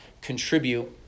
contribute